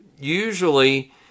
usually